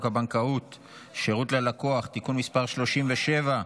הבנקאות (שירות ללקוח) (תיקון מס' 37),